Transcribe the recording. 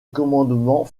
commandement